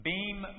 Beam